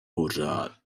pořád